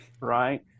Right